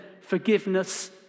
forgiveness